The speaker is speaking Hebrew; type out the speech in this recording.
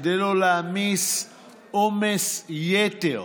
כדי לא להעמיס עומס יתר